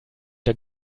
der